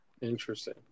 interesting